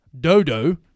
Dodo